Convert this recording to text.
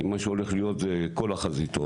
כי מה שהולך להיות זה כל החזיתות.